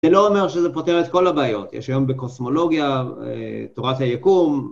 זה לא אומר שזה פותח את כל הבעיות, יש היום בקוסמולוגיה, תורת היקום.